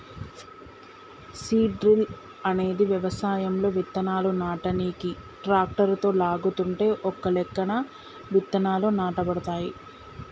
seed drill అనేది వ్యవసాయంలో విత్తనాలు నాటనీకి ట్రాక్టరుతో లాగుతుంటే ఒకలెక్కన విత్తనాలు నాటబడతాయి